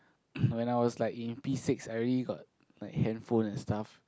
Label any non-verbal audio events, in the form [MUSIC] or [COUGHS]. [COUGHS] when I was like in P six I already got like handphone and stuff